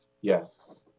Yes